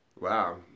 Wow